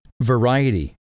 variety